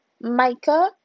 mica